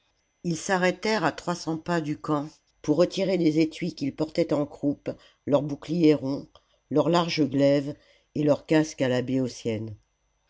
ils s'arrêtèrent à trois cents pas du camp pour retirer des étuis qu'ils portaient en croupe leur bouclier rond leur large glaive et leur casque à la